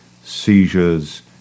seizures